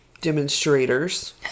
demonstrators